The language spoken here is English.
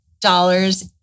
dollars